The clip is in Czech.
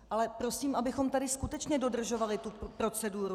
Ale prosím, abychom tady skutečně dodržovali tu proceduru.